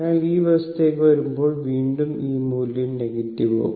അതിനാൽ ഈ വശത്തേക്ക് വരുമ്പോൾ വീണ്ടും ഈ മൂല്യം നെഗറ്റീവ് ആകും